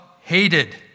hated